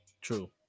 true